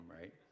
right